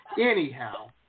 anyhow